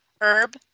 Herb